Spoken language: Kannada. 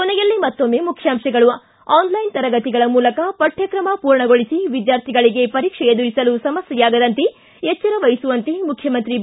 ಕೊನೆಯಲ್ಲಿ ಮತ್ತೊಮ್ಮೆ ಮುಖ್ಯಾಂತಗಳು ಿ ಆನ್ಲೈನ್ ತರಗತಿಗಳ ಮೂಲಕ ಪಠ್ಯಕ್ರಮ ಪೂರ್ಣಗೊಳಿಸಿ ವಿದ್ಯಾರ್ಥಿಗಳಿಗೆ ಪರೀಕ್ಷೆ ಎದುರಿಸಲು ಸಮಸ್ಯೆಯಾಗದಂತೆ ಎಚ್ಚರ ವಹಿಸುವಂತೆ ಮುಖ್ಯಮಂತ್ರಿ ಬಿ